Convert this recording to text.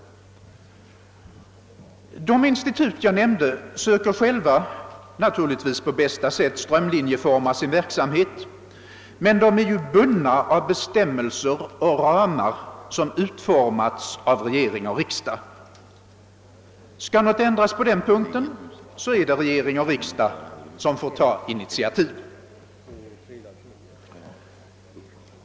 De institut jag nämnde söker naturligtvis själva på bästa sätt strömlinjeforma sin verksamhet, men de är ju bundna av bestämmelser och ramar som utformats av regering och riksdag. Skall någonting ändras på den punkten är det regering och riksdag som får ta initiativ.